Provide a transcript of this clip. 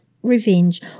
revenge